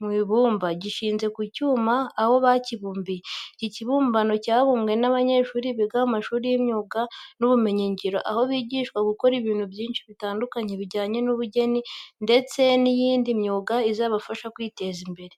mu ibumba, gishinze ku cyuma aho bakibumbiye. Iki kibimbano cyabumbwe n'abanyeshuri biga mu mashuri y'imyuga n'ubumenyingiro, aho bigishwa gukora ibintu byinshi bitandukanye bijyanye n'ubugeni ndetse n'iyindi myuga izabafasha kwiteza imbere.